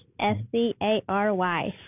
S-C-A-R-Y